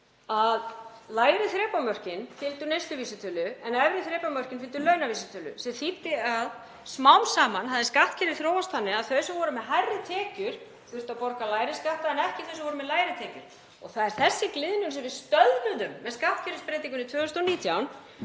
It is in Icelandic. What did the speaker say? að lægri þrepamörkin fylgdu neysluvísitölu en efri þrepamörkin fylgdu launavísitölu sem þýddi að smám saman hafði skattkerfið þróast þannig að þau sem voru með hærri tekjur þurftu að borga lægri skatta en ekki þau sem voru með lægri tekjur. Það er þessi gliðnun sem við stöðvuðum með skattkerfisbreytingunni 2019,